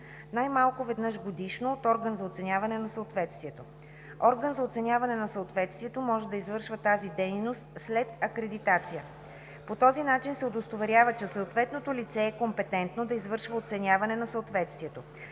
най-малко веднъж годишно, от орган за оценяване на съответствието. Орган за оценяване на съответствието може да извършва тази дейност след акредитация. По този начин се удостоверява, че съответното лице е компетентно да извършва оценяване на съответствието.